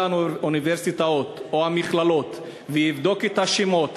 האוניברסיטאות או המכללות ויבדוק את השמות,